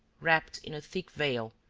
wrapped in a thick veil,